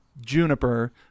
juniper